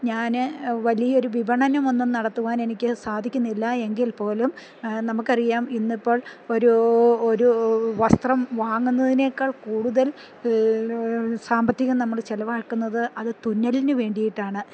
ഞാന് വലിയൊരു വിപണനമൊന്നും നടത്തുവാൻ എനിക്ക് സാധിക്കുന്നില്ല എങ്കിൽ പോലും നമുക്കറിയാം ഇന്നിപ്പോൾ ഒരു ഒരു വസ്ത്രം വാങ്ങുന്നതിനേക്കാൾ കൂടുതൽ സാമ്പത്തികം നമ്മള് ചെലവാക്കുന്നത് അത് തുന്നലിന് വേണ്ടിയിട്ടാണ്